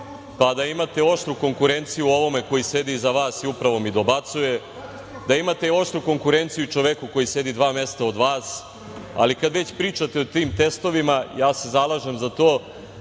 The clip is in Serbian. pa da imate oštru konkurenciju u ovome koji sedi iza vas i upravo mi dobacuje, da imate i oštru konkurenciju i u čoveku koji sedi dva mesta od vas, ali kad već pričate o tim testovima, ja se zalažem za to